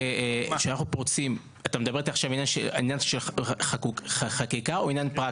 אתה מדבר עכשיו על עניין של חקיקה או עניין פרקטי?